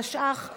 התשע"ח 2018,